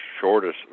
shortest